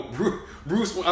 Bruce